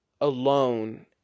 alone